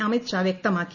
അമിത് ഷാ വ്യക്തമാക്കി